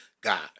God